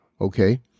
okay